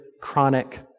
chronic